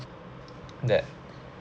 that